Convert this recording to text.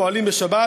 פועלים בשבת,